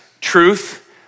truth